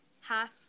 half